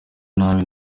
nabi